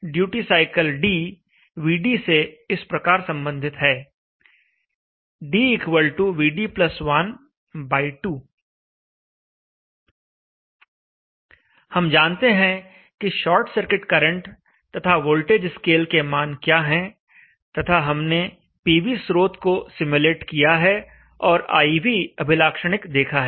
इस प्रकार duty cycle d Vd से इस प्रकार संबंधित है d Vd 12 हम जानते हैं कि शॉर्ट सर्किट करंट तथा वोल्टेज स्केल के मान क्या हैं तथा हमने पीवी स्रोत को सिम्युलेट किया है और I V अभिलाक्षणिक देखा है